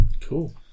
cool